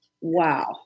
wow